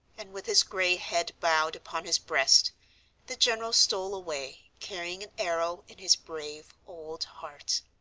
and with his gray head bowed upon his breast the general stole away, carrying an arrow in his brave old heart.